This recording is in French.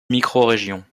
microrégions